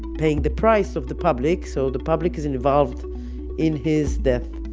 paying the price of the public, so the public is involved in his death.